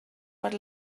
per